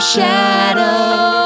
Shadow